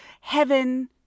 heaven